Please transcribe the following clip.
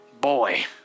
boy